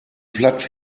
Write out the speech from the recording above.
platt